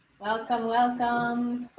welcome, welcome.